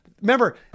remember